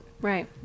Right